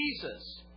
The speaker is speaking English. Jesus